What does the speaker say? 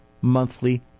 monthly